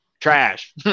trash